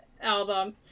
album